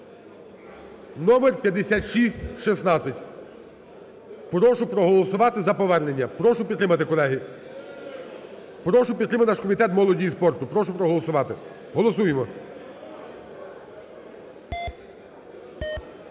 № 5616. Прошу проголосувати за повернення. Прошу підтримати, колеги. Прошу підтримати наш Комітет молоді і спорту. Прошу проголосувати. Голосуємо.